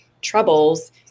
troubles